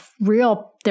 real